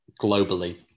Globally